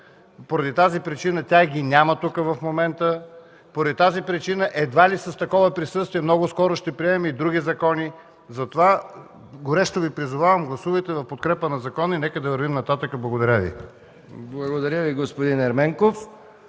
поради тази причина тях ги няма в момента тук, поради тази причина едва ли с такова присъствие много скоро ще приемем и други закони. Затова горещо Ви призовавам: гласувайте в подкрепа на закона и да вървим нататък. Благодаря Ви. ПРЕДСЕДАТЕЛ МИХАИЛ МИКОВ: Благодаря Ви, господин Ерменков.